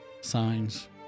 Signs